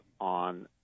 on